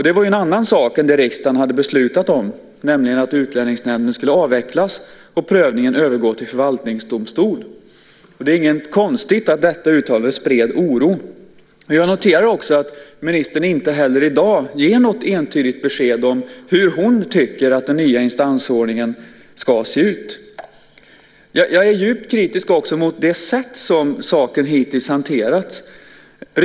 Det var en annan sak än det riksdagen hade beslutat om, nämligen att Utlänningsnämnden skulle avvecklas och prövningen övergå till förvaltningsdomstol. Det är inget konstigt att detta uttalande spred oro. Jag noterar också att ministern inte heller i dag ger något entydigt besked om hur hon tycker att den nya instansordningen ska se ut. Jag är djupt kritisk också mot det sätt som saken hittills hanterats på.